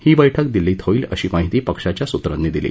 ही बैठक दिल्लीत होईल अशी माहिती पक्षाच्या सूत्रांनी दिली